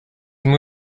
muy